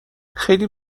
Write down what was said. خیلی